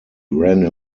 ran